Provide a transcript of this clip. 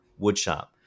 woodshop